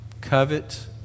covet